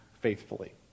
faithfully